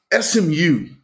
SMU